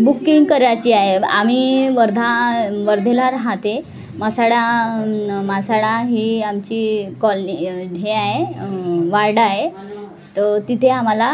booking करायची आहे आम्ही वर्धा वर्धेला राहते मासाडा मासाडा ही आमची कॉलनी हे आहे वार्ड आहे तर तिथे आम्हाला